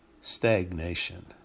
Stagnation